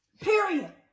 Period